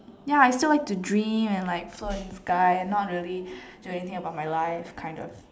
ya I still like to dream and like float in the sky and not really doing anything about my life kind of